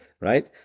Right